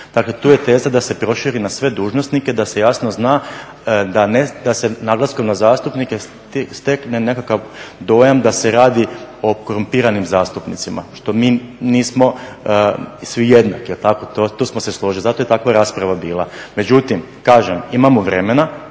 Dakle, tu je teza da se proširi na sve dužnosnike, da se jasno zna da se naglaskom na zastupnike stekne nekakav dojam da se radi o korumpiranim zastupnicima što mi nismo svi jednako. Jel' tako? Tu smo se složili. Zato je takva rasprava bila. Međutim, kažem imamo vremena.